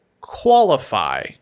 qualify